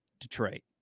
Detroit